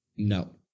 No